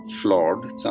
flawed